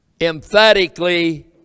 emphatically